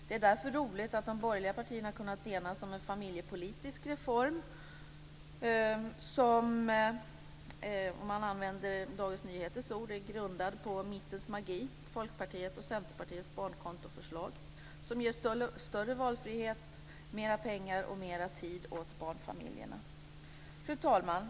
Det är därför roligt att de borgerliga partierna har kunnat enats om en familjepolitisk reform som, om man använder Dagens Nyheters ord, är grundad på mittens magi. Det är Folkpartiets och Centerpartiets barnkontoförslag. Det ger större valfrihet, mera pengar och mer tid åt barnfamiljerna. Fru talman!